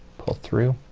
pull through,